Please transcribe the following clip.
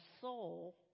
soul